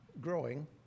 growing